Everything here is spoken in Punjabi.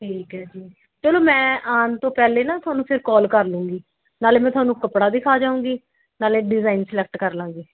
ਠੀਕ ਹੈ ਜੀ ਚਲੋ ਮੈਂ ਆਉਣ ਤੋਂ ਪਹਿਲੇ ਨਾ ਤੁਹਾਨੂੰ ਫ਼ਿਰ ਕੋਲ ਕਰ ਲੂੰਗੀ ਨਾਲ਼ੇ ਮੈਂ ਤੁਹਾਨੂੰ ਕੱਪੜਾ ਦਿਖਾ ਜਾਊਂਗੀ ਨਾਲ਼ੇ ਡਿਜ਼ਾਈਨ ਸਿਲੈਕਟ ਕਰ ਲਾਂਗੇ